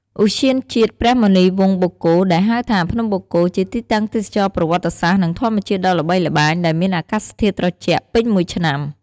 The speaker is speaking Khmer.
ឧទ្យានជាតិព្រះមុនីវង្សបូកគោ ដែលហៅថា ភ្នំបូកគោ ជាទីតាំងទេសចរណ៍ប្រវត្តិសាស្ត្រ និងធម្មជាតិដ៏ល្បីល្បាញ ដែលមានអាកាសធាតុត្រជាក់ពេញមួយឆ្នាំ។